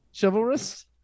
chivalrous